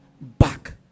back